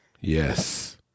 Yes